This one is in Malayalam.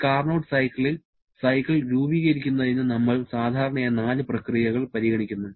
ഒരു കാർനോട്ട് സൈക്കിളിൽ സൈക്കിൾ രൂപീകരിക്കുന്നതിന് നമ്മൾ സാധാരണയായി നാല് പ്രക്രിയകൾ പരിഗണിക്കുന്നു